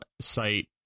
site